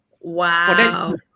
wow